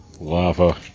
lava